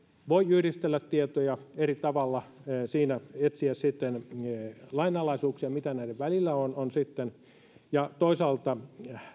voi yhdistellä tietoja eri tavalla siinä etsiä lainalaisuuksia mitä näiden välillä on on ja toisaalta